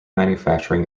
manufacturing